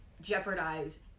jeopardize